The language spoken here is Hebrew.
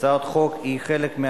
הצעת החוק עברה